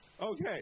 Okay